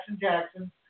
Jackson